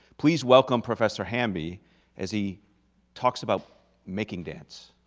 please welcome professor hamby as he talks about making dance.